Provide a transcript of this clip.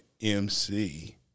MC